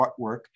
artwork